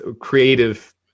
creative